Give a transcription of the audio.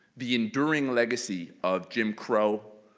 the enduring legacy of jim crow,